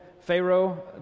Pharaoh